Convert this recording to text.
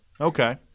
Okay